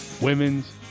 women's